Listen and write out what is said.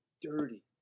dirty